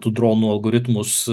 tų dronų algoritmus